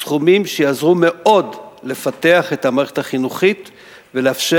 סכומים שיעזרו מאוד לפתח את המערכת החינוכית ולאפשר